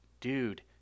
Dude